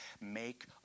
Make